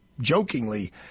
jokingly